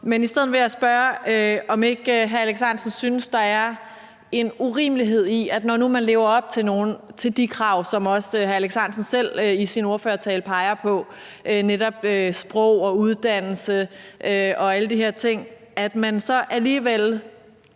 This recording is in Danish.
med. I stedet vil jeg spørge, om ikke hr. Alex Ahrendtsen synes, der er en urimelighed i, at selv om man nu lever op til de krav, som også hr. Alex Ahrendtsen selv i sin ordførertale peger på, netop sprog, uddannelse og alle de her ting, så er det alligevel